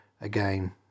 Again